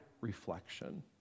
reflection